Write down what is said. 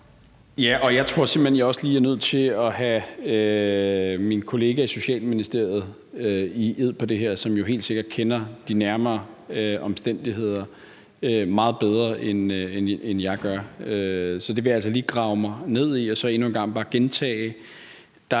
Jeg tror simpelt hen, jeg også lige er nødt til at tage mine kollegaer i Socialministeriet i ed i forhold til det her. De kender jo helt sikkert de nærmere omstændigheder meget bedre, end jeg gør. Så det vil jeg altså lige grave mig ned i. Og så vil jeg endnu en gang bare gentage: Jeg